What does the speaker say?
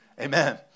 Amen